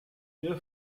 der